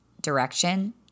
direction